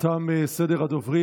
תם סדר הדוברים.